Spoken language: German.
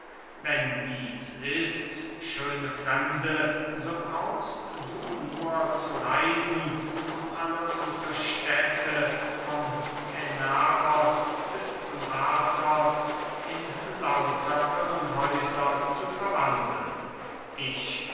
wenn dieß ist schöne fremde so brauchst du nur zu reisen um alle unsre städte vom tänaros bis zum athos in lauter irrenhäuser zu verwandeln ich